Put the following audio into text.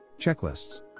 checklists